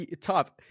Tough